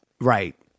Right